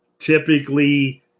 typically